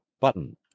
Button